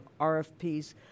RFPs